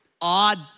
Odd